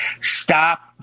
stop